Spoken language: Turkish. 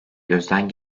gözden